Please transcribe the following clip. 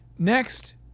Next